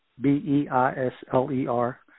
B-E-I-S-L-E-R